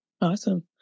Awesome